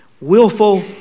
Willful